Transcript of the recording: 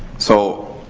so,